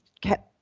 kept